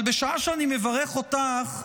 אבל בשעה שאני מברך אותך,